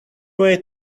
way